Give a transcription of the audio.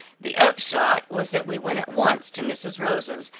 the upshot was that we went at once to mrs. rosa's,